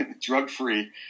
drug-free